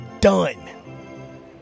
done